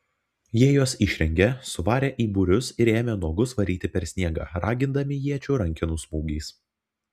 jie juos išrengė suvarė į būrius ir ėmė nuogus varyti per sniegą ragindami iečių rankenų smūgiais